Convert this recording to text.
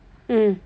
mm